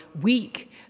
weak